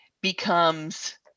becomes